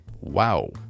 Wow